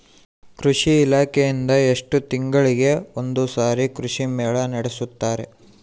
ಕೃಷಿ ಇಲಾಖೆಯಿಂದ ಎಷ್ಟು ತಿಂಗಳಿಗೆ ಒಂದುಸಾರಿ ಕೃಷಿ ಮೇಳ ನಡೆಸುತ್ತಾರೆ?